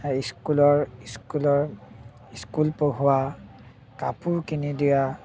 স্কুলৰ স্কুলৰ স্কুল পঢ়োৱা কাপোৰ কিনি দিয়া